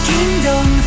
Kingdom